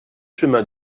chemin